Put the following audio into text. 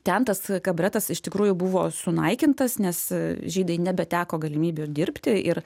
ten tas kabaretas iš tikrųjų buvo sunaikintas nes žydai nebeteko galimybių dirbti ir